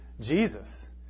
Jesus